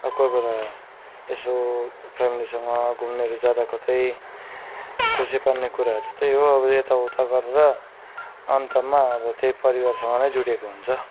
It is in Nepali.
अब कोही बेला यसो फेमिलीसँग घुम्नुहरू जाँदा कतै खुसी पार्ने कुराहरू त्यही हो अब यता उता गरेर अन्तमा अब त्यही परिवारसँगै जुडेको हुन्छ